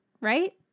Right